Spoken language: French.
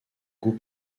goût